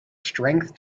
strength